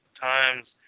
times